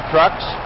Trucks